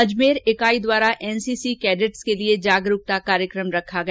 अजमेर इकाई द्वारा NCC cadets के लिए जागरूकता कार्यक्रम रखा गया